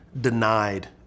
denied